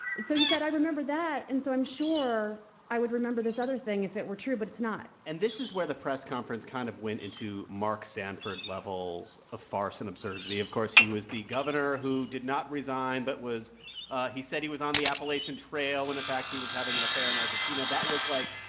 so he said, i remember that. and so i'm sure i would remember this other thing if it were true, but it's not and this is where the press conference kind of went into mark sanford levels of farce and absurdity. of course, he was the governor who did not resign but was he said he was on the appalachian trail when, in fact, he was having an affair in and argentina. that was, like,